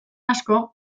asko